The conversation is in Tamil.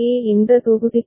இப்போது இதைப் பற்றி என்ன